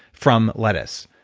from lettuce.